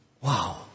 Wow